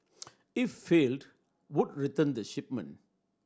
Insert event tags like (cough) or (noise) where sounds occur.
(noise) if failed would return the shipment